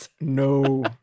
No